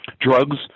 drugs